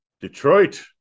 Detroit